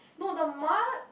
no the ma